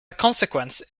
consequence